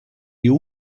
you